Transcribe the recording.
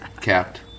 capped